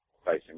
facing